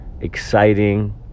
exciting